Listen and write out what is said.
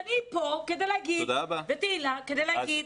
אני ותהלה כאן כדי לדבר.